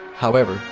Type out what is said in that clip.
however,